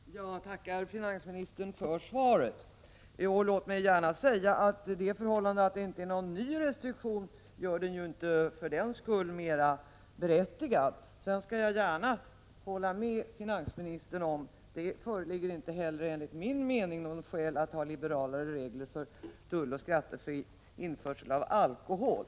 Herr talman! Jag tackar finansministern för svaret. Låt mig gärna säga att det förhållandet att det inte är någon ny restriktion gör den inte mera berättigad. Sedan vill jag gärna hålla med finansministern om att det inte heller enligt min uppfattning föreligger skäl att ha liberalare regler för tulloch skattefri införsel av alkohol.